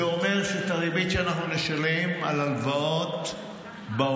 זה אומר שאת הריבית שאנחנו נשלם על הלוואות בעולם,